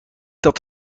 dat